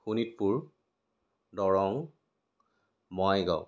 Sonitpur Darrang Bongaigaon